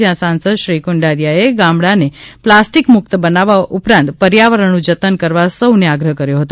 જ્યાં સાંસદ શ્રી કુંડારીયાએ ગામડાને પ્લાસ્ટિકમુક્ત બનાવવા ઉપરાંત પર્યાવરણનું જતન કરવા સૌને આગ્રહ કર્યો હતો